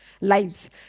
lives